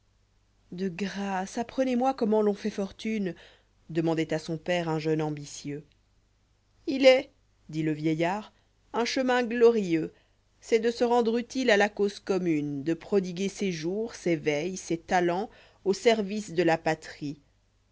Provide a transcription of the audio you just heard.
e grâce apprenez-moi comment l'on fait fortune demandoit à son père un jeune ambitieux il est dit le vieillard un chemin glorieux c'est de se rendre utile à la cause commune de prodiguer ses jours ses veilles ses talents au service de la patrie